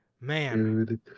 Man